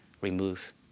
remove